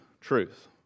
truth